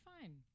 fine